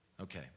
Okay